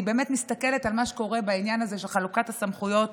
אני באמת מסתכלת על מה שקורה בעניין הזה של חלוקת הסמכויות